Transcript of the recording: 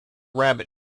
rabbit